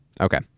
Okay